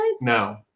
no